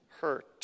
hurt